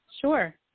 sure